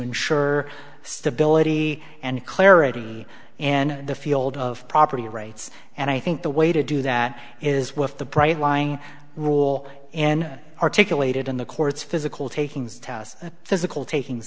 ensure stability and clarity and the field of property rights and i think the way to do that is with the prior lying rule and articulated in the court's physical takings test of physical taking